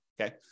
Okay